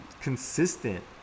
consistent